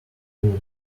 fool